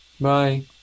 Bye